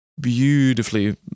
beautifully